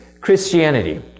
Christianity